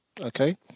okay